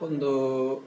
ಒಂದು